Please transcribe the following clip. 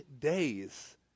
days